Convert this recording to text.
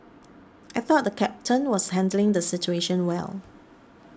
I thought the captain was handling the situation well